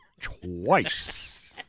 Twice